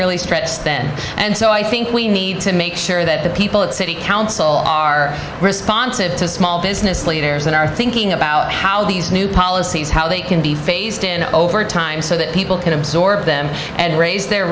really stressed then and so i think we need to make sure that the people at city council are responsive to small business leaders that are thinking about how these new policies how they can be phased in over time so that people can absorb them and raise their